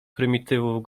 prymitywów